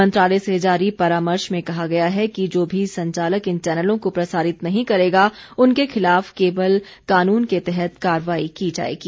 मंत्रालय से जारी परामर्श में कहा गया है कि जो भी संचालक इन चैनलों को प्रसारित नहीं करेगा उनके खिलाफ केवल कानून के तहत कार्रवाई की जायेगी